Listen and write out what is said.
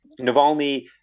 Navalny